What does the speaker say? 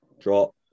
drop